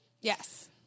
Yes